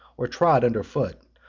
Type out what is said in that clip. or trod under foot,